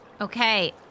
Okay